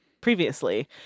previously